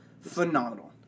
Phenomenal